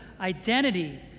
identity